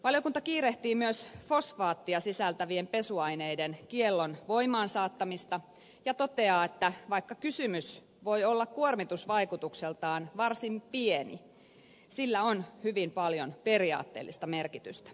valiokunta kiirehtii myös fosfaattia sisältävien pesuaineiden kiellon voimaansaattamista ja toteaa että vaikka kysymys voi olla kuormitusvaikutukseltaan varsin pienestä asiasta sillä on hyvin paljon periaatteellista merkitystä